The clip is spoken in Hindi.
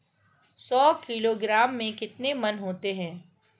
सौ किलोग्राम में कितने मण होते हैं?